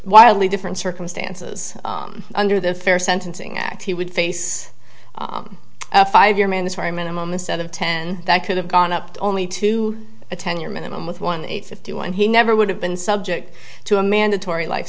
wildly different circumstances under the fair sentencing act he would face a five year mandatory minimum instead of ten that could have gone up to only to a ten year minimum with one hundred fifty one he never would have been subject to a mandatory life